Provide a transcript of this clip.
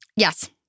Yes